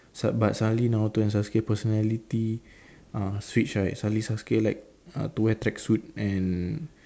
but s~ suddenly Naruto and Sasuke personality uh switch right suddenly Sasuke like uh to wear track suit and